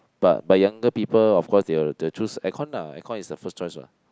but but younger people of course they will they will choose air con lah air con is the first choice what